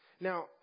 Now